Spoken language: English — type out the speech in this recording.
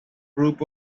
group